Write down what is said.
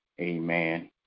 Amen